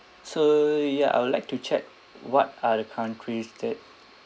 so ya I would like to check what are the countries that